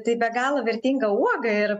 tai be galo vertinga uoga ir